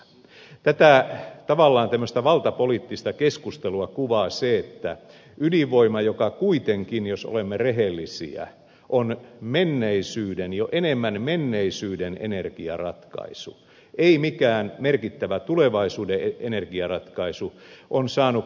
tätä tavallaan valtapoliittista keskustelua kuvaa se että ydinvoima joka kuitenkin jos olemme rehellisiä on jo enemmän menneisyyden energiaratkaisu ei mikään merkittävä tulevaisuuden energiaratkaisu on saanut käsitteenä hyväksynnän